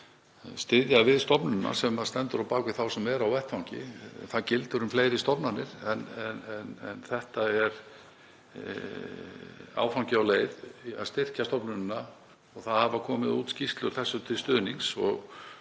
styðja við stofnunina sem stendur á bak við þá sem eru á vettvangi. Það gildir um fleiri stofnanir en þetta er áfangi á þeirri leið að styrkja stofnunina. Það hafa komið út skýrslur þessu til stuðnings og